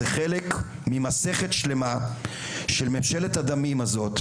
זה חלק מסכת שלמה של ממשלת הדמים הזאת,